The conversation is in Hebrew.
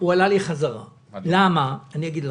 לאדם ששלח מייל ב-10:03 המפקח התקשר ואמר: תשמע,